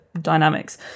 dynamics